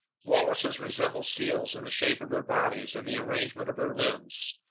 walruses resemble seals in the shape of their bodies and the arrangement of their limbs.